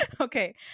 Okay